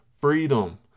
freedom